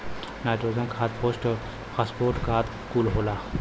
nitrogen खाद phosphate खाद कुल होला